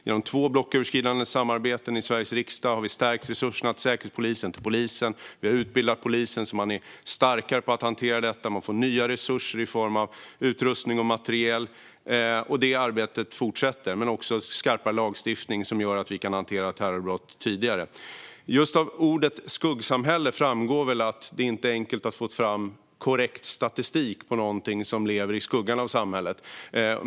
Genom två blocköverskridande samarbeten i Sveriges riksdag har vi stärkt resurserna till Säkerhetspolisen och polisen. Vi har låtit utbilda polisen så att de har blivit starkare i att hantera dessa frågor. Polisen får nya resurser i form av utrustning och materiel. Det arbetet fortsätter. Det handlar också om skarpare lagstiftning som gör att vi kan hantera terrorbrott tidigare. Just av ordet skuggsamhälle framgår väl att det inte är enkelt att få fram korrekt statistik på något som lever i skuggan av samhället.